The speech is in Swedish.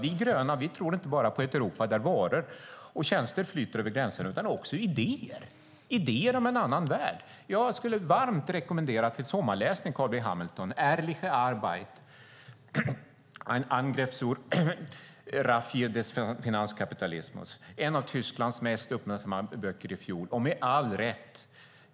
Vi gröna tror på ett Europa där inte bara varor och tjänster flyter över gränserna utan också idéer, idéer om en annan värld. Jag skulle varmt rekommendera Ehrliche Arbeit - Ein Angriff auf den Finanzkapitalismus und seine Raffgier till Carl B Hamilton för sommarläsning. Det var en av Tysklands mest uppmärksammade böcker i fjol, med all rätt.